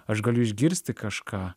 aš galiu išgirsti kažką